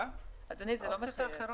--- אדוני, זה לא מחייב.